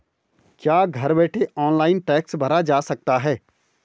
क्या घर बैठे ऑनलाइन टैक्स भरा जा सकता है?